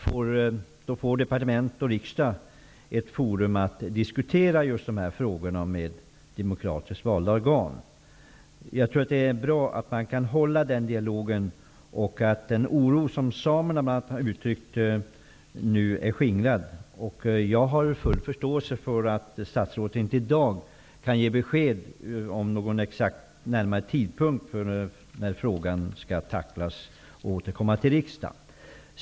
Då får departement och riksdag ett forum att diskutera just dessa frågor med demokratiskt valt organ. Jag tror att det är bra att man kan hålla den dialogen. Jag tror att den oro som bl.a. samerna har uttryckt är skingrad. Jag har full förståelse för att statsrådet inte i dag kan ge besked om någon exakt tidpunkt för när frågan skall tacklas och när han kan återkomma till riksdagen.